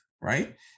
right